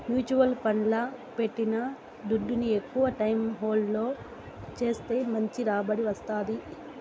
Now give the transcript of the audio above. mutual ఫండ్లల్ల పెట్టిన దుడ్డుని ఎక్కవ టైం హోల్డ్ చేస్తే మంచి రాబడి వస్తాది